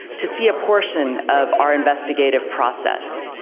to see a portion of our investigative process.